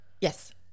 Yes